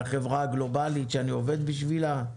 לחברה הגלובלית שאני עובד בשבילה?